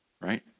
right